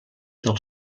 del